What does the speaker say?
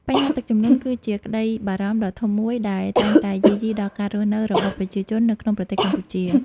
បញ្ហាទឹកជំនន់ គឺជាក្តីបារម្ភដ៏ធំមួយដែលតែងតែយាយីដល់ការរស់នៅរបស់ប្រជាជននៅក្នុងប្រទេសកម្ពុជា។